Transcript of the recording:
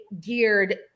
geared